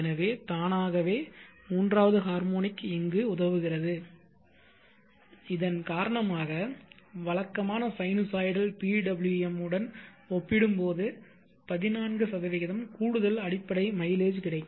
எனவே தானாகவே மூன்றாவது ஹார்மோனிக் இங்கு உதவுகிறது இதன் காரணமாக வழக்கமான சைனூசாய்டல் PWM உடன் ஒப்பிடும்போது 14 கூடுதல் அடிப்படை மைலேஜ் கிடைக்கும்